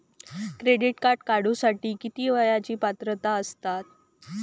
Debit card काढूसाठी किती वयाची पात्रता असतात?